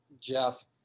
Jeff